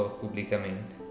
pubblicamente